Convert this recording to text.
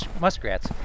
muskrats